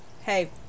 hey